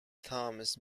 thomas